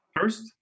First